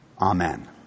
Amen